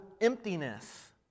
emptiness